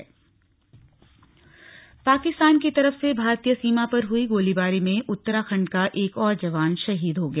शहीद पाकिस्तान की तरफ से भारतीय सीमा पर हुई गोलीबारी में उत्तराखंड का एक और जवान शहीद हो गया